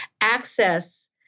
access